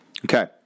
Okay